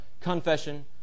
confession